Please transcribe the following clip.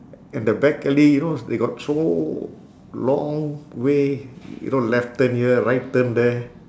and the back alley you know they got so long way you know left turn here right turn there